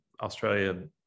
Australia